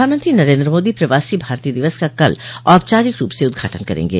प्रधानमंत्री नरेन्द्र मोदी प्रवासी भारतीय दिवस का कल औपचारिक रूप से उद्घाटन करेंगे